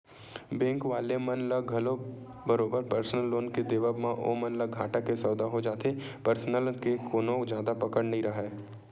bank वाले मन ल घलो बरोबर परसनल लोन के देवब म ओमन ल घाटा के सौदा हो जाथे परसनल के कोनो जादा पकड़ राहय नइ